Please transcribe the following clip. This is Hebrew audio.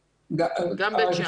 גם בית שאן.